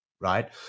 right